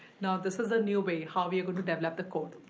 now this is a new way how we are gonna develop the code.